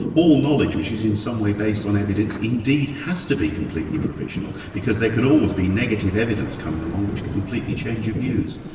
all knowledge which is in some way based on evidence indeed has to be completely provisional, because there could always be negative evidence coming along which could completely change your views.